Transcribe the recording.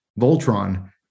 Voltron